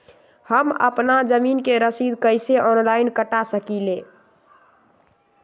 हम अपना जमीन के रसीद कईसे ऑनलाइन कटा सकिले?